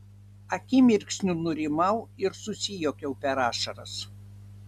akimirksniu nurimau ir susijuokiau per ašaras